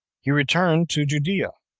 he returned to judea,